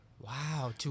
Wow